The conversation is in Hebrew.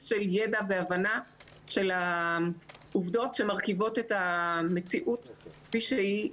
של ידע והבנה של העובדות שמרכיבות את המציאות כפי שהיא,